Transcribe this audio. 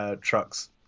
trucks